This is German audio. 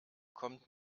kommt